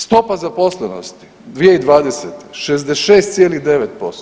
Stopa zaposlenosti 2020. 66,9%